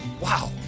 Wow